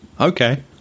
Okay